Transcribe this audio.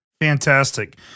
Fantastic